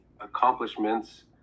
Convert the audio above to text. accomplishments